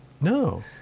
no